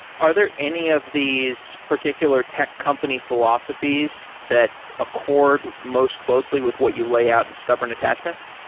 are there any of these particular tech company philosophies that accord most closely with what you layout in stubborn attachments?